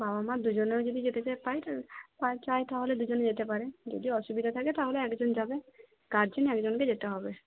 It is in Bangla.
বাবা মা দুজনেও যদি যেতে চায় চায় তাহলে দুজনে যেতে পারে যদি অসুবিধা থাকে তাহলে একজন যাবে গার্জেন একজনকে যেতে হবে